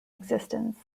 existence